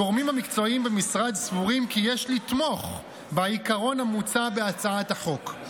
הגורמים המקצועיים במשרד סבורים כי יש לתמוך בעיקרון המוצע בהצעת החוק.